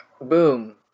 Boom